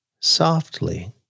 Softly